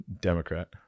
Democrat